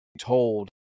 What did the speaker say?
told